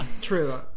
True